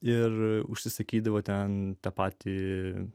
ir užsisakydavo ten tą patį